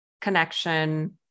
connection